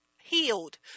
healed